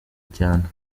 cyane